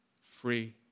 Free